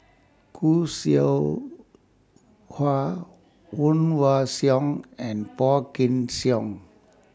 Khoo Seow Hwa Woon Wah Siang and Phua Kin Siang